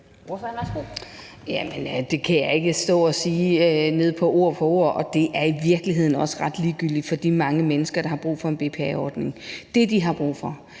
Mølbæk (SF): Det kan jeg ikke stå og sige ord for ord, og det er i virkeligheden også ret ligegyldigt for de mange mennesker, der har brug for en BPA-ordning. Det, de har brug for,